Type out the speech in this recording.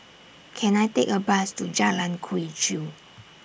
Can I Take A Bus to Jalan Quee Chew